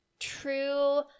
true